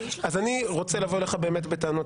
עם 30. אז אני רוצה לבוא אליך באמת בטענות,